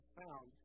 found